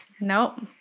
Nope